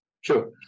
Sure